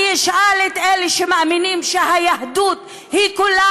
אני אשאל את אלה שמאמינים שהיהדות היא כולה